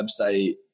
website